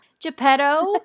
Geppetto